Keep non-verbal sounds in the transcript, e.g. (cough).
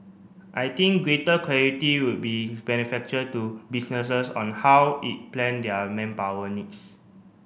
I think greater clarity would be (unintelligible) to businesses on how it plan their manpower needs